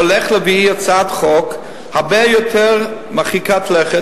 הולך להביא הצעת חוק הרבה יותר מרחיקת לכת,